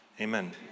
Amen